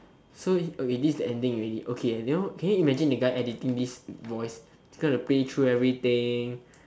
so okay this is the ending already okay can you imagine the guy who is going to edit this voice he is going to play through everything